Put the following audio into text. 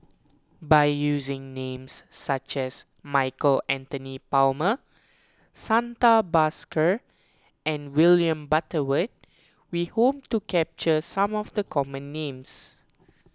by using names such as Michael Anthony Palmer Santha Bhaskar and William Butterworth we hope to capture some of the common names